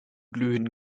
glühen